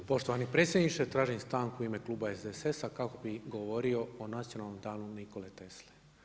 Gospodine predsjedniče, tražim stanku u ime kluba SDSS-a kako bih govorio o nacionalnom danu Nikole Tesle.